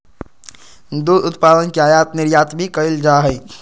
दुध उत्पादन के आयात निर्यात भी कइल जा हई